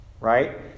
right